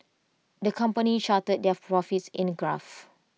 the company charted their profits in A graph